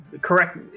Correct